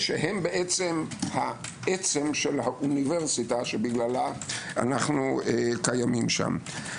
הם בעצם העצם של האוניברסיטה שבגללה אנו קיימים שם.